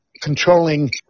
controlling